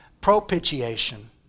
propitiation